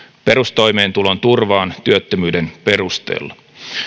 perustoimeentulon turvaan työttömyyden perusteella